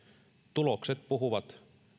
tulokset puhuvat